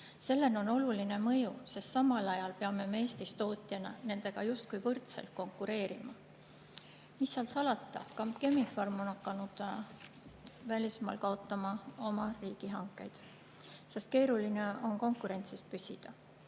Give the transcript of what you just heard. Sellel on oluline mõju, sest samal ajal peame me Eestis tootjana nendega justkui võrdselt konkureerima. Mis seal salata, ka Chemi-Pharm on hakanud välismaal kaotama riigihankeid, sest keeruline on konkurentsis püsida.